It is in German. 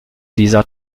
dieser